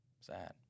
Sad